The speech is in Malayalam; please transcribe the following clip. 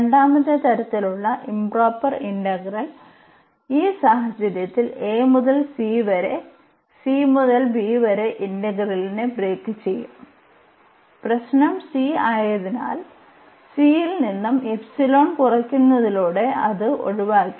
രണ്ടാമത്തെ തരത്തിലുള്ള ഇംപ്റോപർ ഇന്റഗ്രൽ ഈ സാഹചര്യത്തിൽ a മുതൽ c വരെ c മുതൽ b വരെ ഇന്റഗ്രലിനെ ബ്രേക്ക് ചെയ്യും പ്രശ്നം c ആയതിനാൽ c യിൽ നിന്ന് കുറയ്ക്കുന്നതിലൂടെ അത് ഒഴിവാക്കി